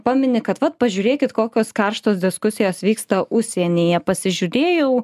pamini kad va pažiūrėkit kokios karštos diskusijos vyksta užsienyje pasižiūrėjau